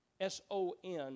s-o-n